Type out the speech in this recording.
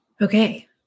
Okay